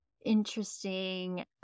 interesting